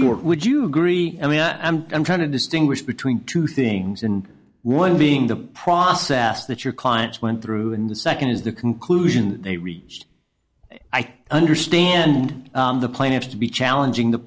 your would you agree and the am i'm trying to distinguish between two things in one being the process that your clients went through and the nd is the conclusion they reached i understand the plaintiffs to be challenging the